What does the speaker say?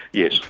yes.